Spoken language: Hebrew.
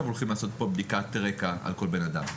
הולכים לעשות פה בדיקת רקע על כל בן אדם.